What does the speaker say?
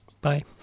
Bye